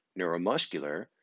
neuromuscular